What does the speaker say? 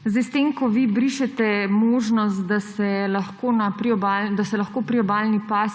stvari. S tem, ko vi brišete možnost, da se lahko priobalni pas